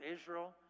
Israel